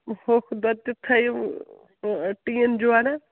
ہوٚکھ دۄد تہِ تھٲیِو ٹیٖن جورہ